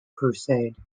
crusade